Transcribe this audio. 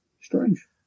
Strange